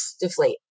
deflate